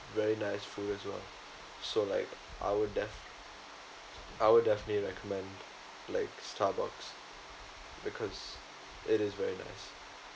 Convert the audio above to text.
very nice food as well so like I would def~ I would definitely recommend like starbucks because it is very nice